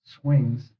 swings